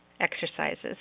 exercises